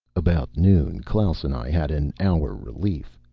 about noon klaus and i had an hour relief.